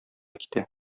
китә